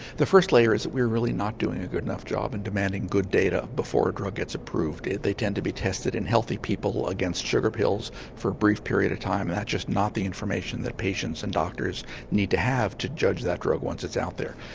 the first layer is that we're really not doing a good enough job and demanding good data before a drug gets approved. they tend to be tested in healthy people against sugar pills for a brief period of time and that's just not the information that patients and doctors need to have to judge that drug once it's out there.